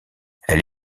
elle